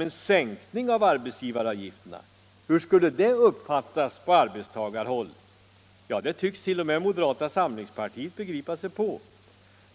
en sänkning av arbetsgivaravgifterna genomföras. Och hur det skulle uppfattas på arbetstagarhåll tycks t.o.m. moderata samlingspartiet begripa sig på.